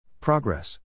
Progress